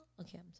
Okay